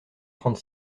trente